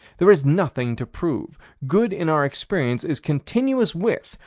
there is nothing to prove good in our experience is continuous with,